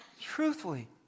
truthfully